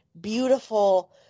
beautiful